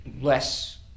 less